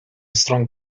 strong